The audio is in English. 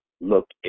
look